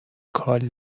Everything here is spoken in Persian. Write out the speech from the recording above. کال